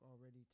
already